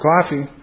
coffee